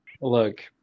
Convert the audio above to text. Look